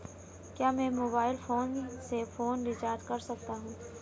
क्या मैं mobile phone से फोन रिचार्ज कर सकता हूं?